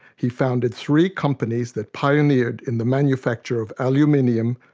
he founded three companies that pioneered in the manufacture of aluminium,